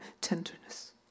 tenderness